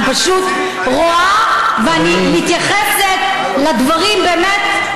אני פשוט רואה ואני מתייחסת לדברים, באמת.